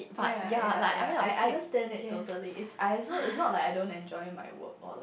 ya ya ya I understand it totally it's I also it's not like I don't enjoy my work or like